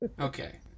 Okay